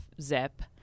zip